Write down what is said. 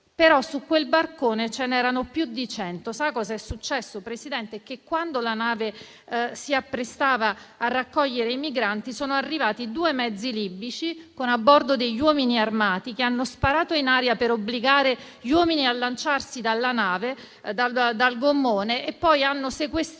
però da un barcone su cui ce n'erano più di 100. Sa cos'è successo, Presidente? Quando la nave si apprestava a raccogliere i migranti, sono arrivati due mezzi libici con a bordo uomini armati, che hanno sparato in aria per obbligare gli uomini a lanciarsi dal gommone e poi hanno sequestrato